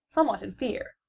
somewhat in fear,